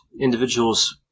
individuals